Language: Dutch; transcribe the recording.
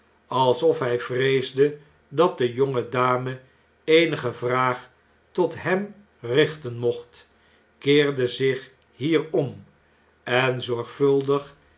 alsof hn vreesde dat de ionge dame eenige vraag tot hem richten mocht keerde zich hier om en